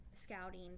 scouting